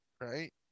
right